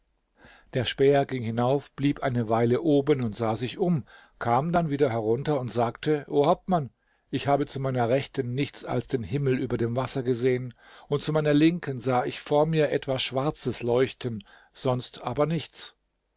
der späher ging hinauf blieb eine weile oben und sah sich um kam dann wieder herunter und sagte o hauptmann ich habe zu meiner rechten nichts als den himmel über dem wasser gesehen und zu meiner linken sah ich vor mir etwas schwarzes leuchten sonst aber nichts